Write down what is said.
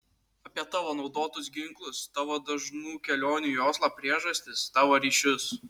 apie tavo naudotus ginklus tavo dažnų kelionių į oslą priežastis tavo ryšius